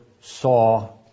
saw